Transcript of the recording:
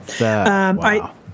Wow